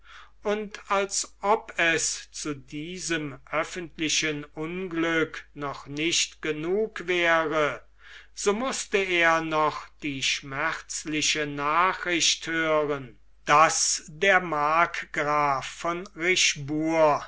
und als ob es zu diesem öffentlichen unglück noch nicht genug wäre so mußte er noch die schmerzliche nachricht hören daß der markgraf von